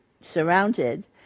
surrounded